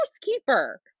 housekeeper